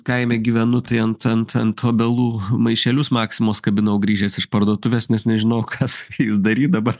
kaime gyvenu tai ant ant ant obelų maišelius maximos kabinau grįžęs iš parduotuves nes nežinojau ką su jais daryt dabar